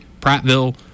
Prattville